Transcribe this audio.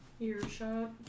earshot